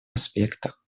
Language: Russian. аспектах